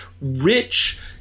rich